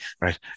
right